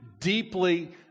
deeply